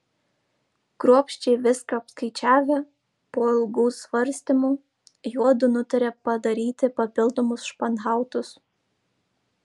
kruopščiai viską apskaičiavę po ilgų svarstymų juodu nutarė padaryti papildomus španhautus